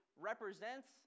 represents